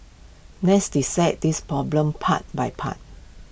let's dissect this problem part by part